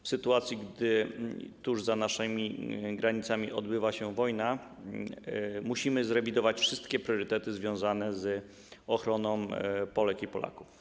W sytuacji gdy tuż za naszymi granicami toczy się wojna, musimy zrewidować wszystkie priorytety związane z ochroną Polek i Polaków.